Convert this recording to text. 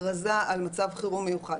הכרזה על מצב חירום מיוחד.